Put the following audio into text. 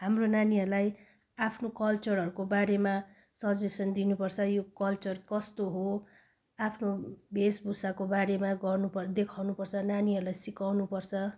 हाम्रो नानीहरूलाई आफ्नो कल्चरहरूको बारेमा सजेसन दिनुपर्छ यो कल्चर कस्तो हो आफ्नो वेशभूषाको बारेमा भन्नुपर्छ देखाउनुपर्छ नानीहरूलाई सिकाउनुपर्छ